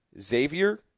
Xavier